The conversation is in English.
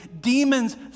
Demons